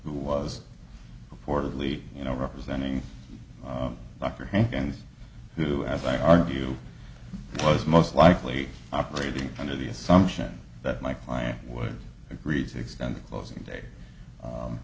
who was purportedly you know representing dr hankins who as i argue was most likely operating under the assumption that my client would agree to extend the closing